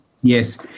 yes